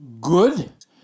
good